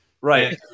Right